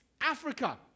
Africa